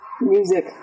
music